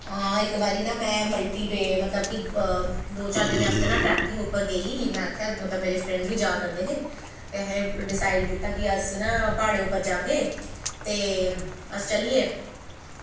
हां इक बारी ना में मल्टी डे मतलव कि दो चार दिनें आस्तै ट्रैकिंग पर गेई में आखेआ मतलब मेरे फ्रैंड्स बी जा करदे हे ते असें डिसाइड़ कीता कि अस ना प्हाड़ें पर जाह्गे ते अस चलियै